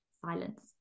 Silence